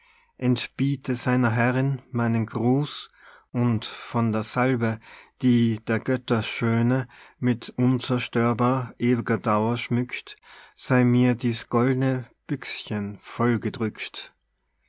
entbiete seiner herrin meinen gruß und von der salbe die der götter schöne mit unzerstörbar ew'ger dauer schmückt sei mir dies goldne büchschen